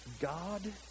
God